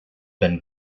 been